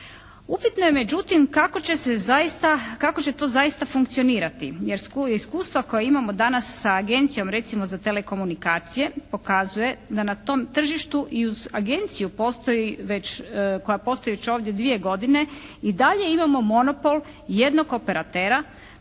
će se zaista, kako će to zaista funkcionirati jer iskustva koja imamo danas sa Agencijom recimo za telekomunikacije pokazuje da na tom tržištu i uz agenciju postoji već, koja postoji već ovdje dvije godine i dalje imamo monopol jednog operatera,